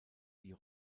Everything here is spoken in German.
die